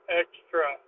extra